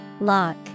Lock